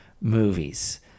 movies